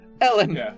Ellen